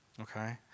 okay